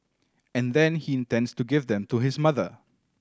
and then he intends to give them to his mother